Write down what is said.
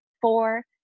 four